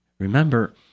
Remember